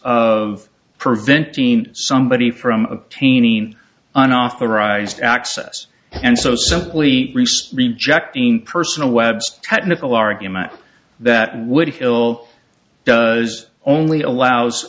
of preventing somebody from obtaining unauthorized access and so simply rejecting personal web technical argument that would hill does only allows